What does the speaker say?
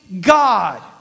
God